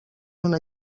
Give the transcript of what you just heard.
una